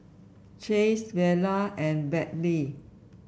Chase Vera and Berkley